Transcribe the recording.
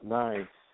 nice